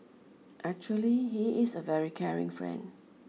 actually he is a very caring friend